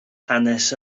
hanes